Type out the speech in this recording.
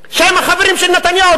שהם החברים של נתניהו,